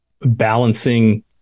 balancing